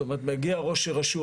זאת אומרת מגיע ראש הרשות,